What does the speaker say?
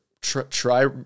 try